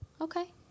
okay